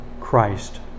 Christ